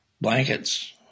blankets